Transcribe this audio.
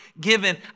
given